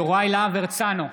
יוראי להב הרצנו,